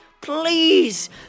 Please